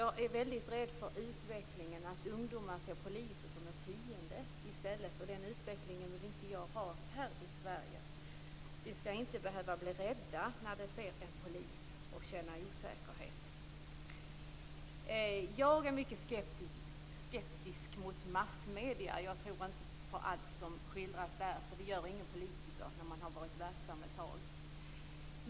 Jag är väldigt rädd för utvecklingen att ungdomar ser polisen som en fiende i stället. Den utvecklingen vill jag inte ha här i Sverige. De skall inte behöva bli rädda och känna osäkerhet när de ser en polis. Jag är mycket skeptisk mot massmedier. Jag tror inte på allt som skildras där. Det gör ingen politiker som har varit verksam ett tag.